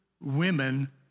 women